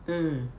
mm